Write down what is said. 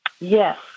Yes